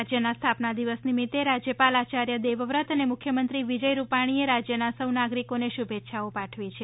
રાજ્યના સ્થાપના દિવસ નિમિત્તે રાજ્યપાલ આચાર્ય દેવવ્રત અને મુખ્યમંત્રી વિજય રૂપાણીએ રાજ્યના સૌ નાગરિકોને શુભેચ્છા પાઠવી છે